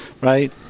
right